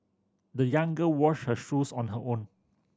the young girl washed her shoes on her own